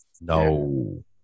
No